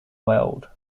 world